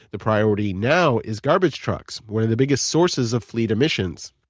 the priority now is garbage trucks, one of the biggest sources of fleet emissions.